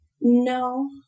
No